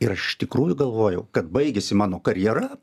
ir aš iš tikrųjų galvojau kad baigėsi mano karjera